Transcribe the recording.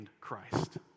Christ